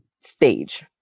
stage